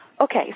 Okay